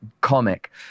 comic